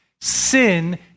Sin